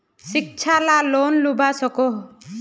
शिक्षा ला लोन लुबा सकोहो?